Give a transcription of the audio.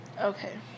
Okay